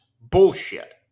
Bullshit